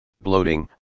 bloating